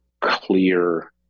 clear